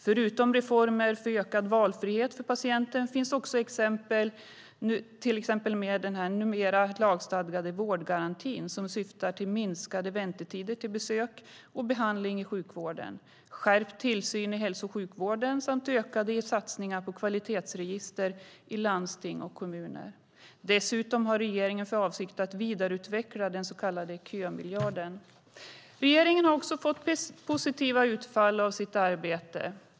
Förutom reformer för ökad valfrihet för patienten finns till exempel den numera lagstadgade vårdgarantin som syftar till minskade väntetider för besök och behandling i sjukvården, skärpt tillsyn av hälso och sjukvården samt ökade satsningar på kvalitetsregister i landsting och kommuner. Dessutom har regeringen för avsikt att vidareutveckla den så kallade kömiljarden. Regeringen har också fått positiva utfall av sitt arbete.